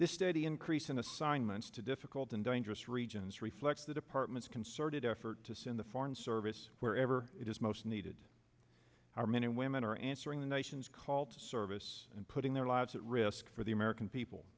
this steady increase in assignments to difficult and dangerous regions reflects the department's concerted effort to send the foreign service wherever it is most needed our men and women are answering the nation's call to service and putting their lives at risk for the american people